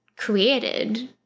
Created